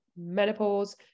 menopause